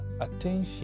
attention